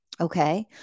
Okay